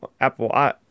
apple